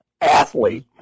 athlete